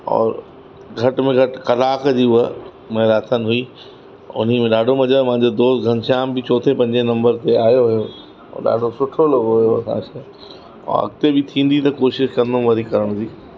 और घटि में घटि कलाक जी उहो मैराथन हुई उन में ॾाढो मज़ो मुंहिंजो दोस्त घनश्याम बि चौथे पंजे नंबर ते आयो हुयो ऐं ॾाढो सुठो लॻो हुयो असांखे ऐं अॻिते बि थींदी त कोशिश कंदुमि वरी करण जी